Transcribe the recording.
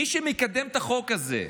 מי שמקדם את החוק הזה,